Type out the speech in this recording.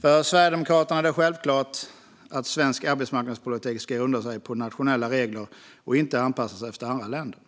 För Sverigedemokraterna är det självklart att svensk arbetsmarknadspolitik ska grunda sig på nationella regler och inte anpassas efter andra länder.